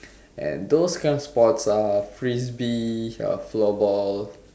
and those kind of sports are Frisbee uh floorball